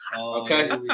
Okay